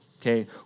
okay